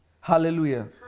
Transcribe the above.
Hallelujah